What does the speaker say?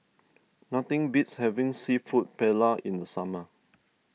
nothing beats having Seafood Paella in the summer